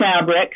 fabric